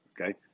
Okay